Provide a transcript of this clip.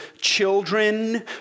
children